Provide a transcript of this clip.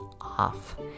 off